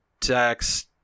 tax